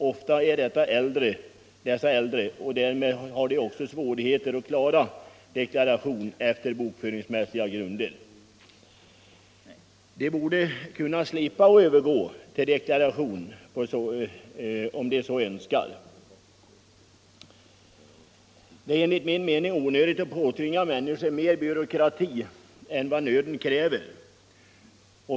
De är ofta äldre människor som har svårigheter att klara deklaration enligt bokföringsmässiga grunder. De borde kunna slippa övergå till sådan deklaration om de så önskar. Det är enligt min mening onödigt att påtvinga människor mer byråkrati än nöden kräver.